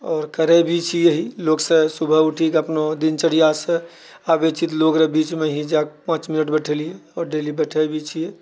आओर करैत भी छी यही लोकसँ सुबह उठीकऽ अपनो दिनचर्यासँ आबैत छी तऽ लोगरऽ बीचमऽ ही जाकऽ रऽ पाँच मिनट बैठलियै आओर डेली बैठय भी छियै